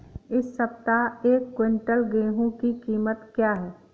इस सप्ताह एक क्विंटल गेहूँ की कीमत क्या है?